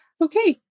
Okay